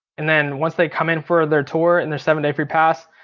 and then once they come in for their tour and their seven day free pass,